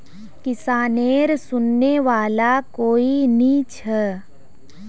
किसानेर सुनने वाला कोई नी छ